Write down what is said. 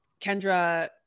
Kendra